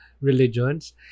religions